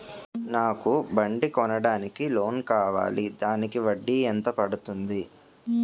నాకు బండి కొనడానికి లోన్ కావాలిదానికి వడ్డీ ఎంత పడుతుంది?